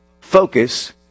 focus